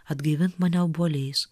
atgaivink mane obuoliais